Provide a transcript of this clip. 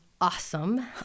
awesome